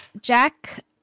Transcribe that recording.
Jack